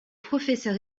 professeur